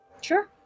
Sure